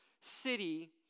city